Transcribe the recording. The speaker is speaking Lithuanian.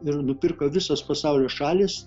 ir nupirko visos pasaulio šalys